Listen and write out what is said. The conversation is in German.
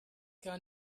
gar